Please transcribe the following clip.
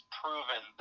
proven